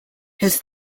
his